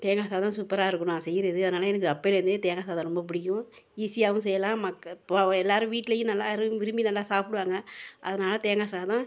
தேங்காய் சாதம் சூப்பராக இருக்கும் நான் செய்றதுலேயே எனக்கு அப்போலேருந்தே தேங்காய் சாதம் ரொம்ப பிடிக்கும் ஈஸியாகவும் செய்யலாம் பாவம் எல்லோரும் வீட்லேயும் நல்லா விரும்பிதான் சாப்பிடுவாங்க அதனால தேங்காய் சாதம்